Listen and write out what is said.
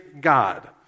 God